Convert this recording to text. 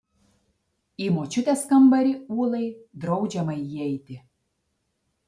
į močiutės kambarį ūlai draudžiama įeiti